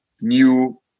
new